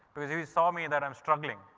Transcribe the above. because he saw me that i'm struggling.